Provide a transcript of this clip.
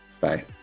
Bye